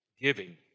Giving